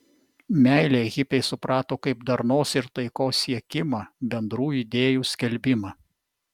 meilę hipiai suprato kaip darnos ir taikos siekimą bendrų idėjų skelbimą